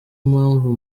mpamvu